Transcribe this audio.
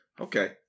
Okay